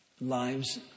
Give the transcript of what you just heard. lives